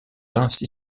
ainsi